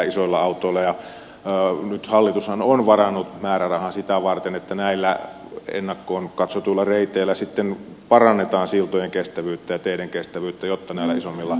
ja nythän hallitus on varannut määrärahan sitä varten että näillä ennakkoon katsotuilla reiteillä sitten parannetaan siltojen kestävyyttä ja teiden kestävyyttä jotta näillä isommilla autoilla voidaan siellä ajaa